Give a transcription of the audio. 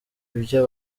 ibya